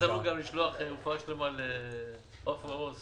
זו גם הזדמנות לשלוח רפואה שלמה לעפרה רוס